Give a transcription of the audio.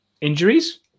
Injuries